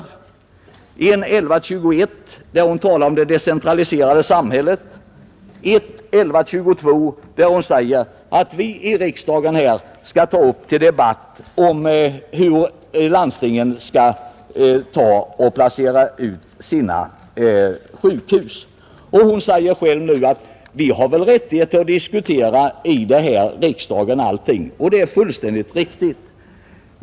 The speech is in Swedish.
I motionen 1121 talar hon om det decentraliserade samhället, och i motionen 1122 föreslår hon att vi i riksdagen skall debattera hur landstingen bör lokalisera sina sjukhus. Fru Jonäng sade i sitt anförande, att vi här i riksdagen har rättighet att diskutera allting. Det är fullständigt riktigt.